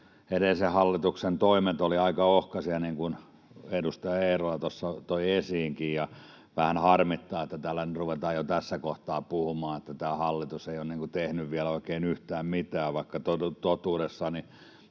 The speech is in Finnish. edellisen hallituksen toimet olivat aika ohkaisia, niin kuin edustaja Eerola tuossa toi esiinkin. Vähän harmittaa, että täällä nyt ruvetaan jo tässä kohtaa puhumaan, että tämä hallitus ei ole tehnyt vielä oikein yhtään mitään, vaikka totuudessa